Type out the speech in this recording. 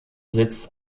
sitz